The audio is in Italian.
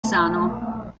sano